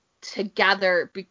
together